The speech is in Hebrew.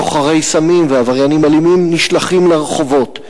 סוחרי סמים ועבריינים אלימים נשלחים לרחובות.